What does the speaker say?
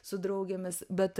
su draugėmis bet